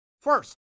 First